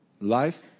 life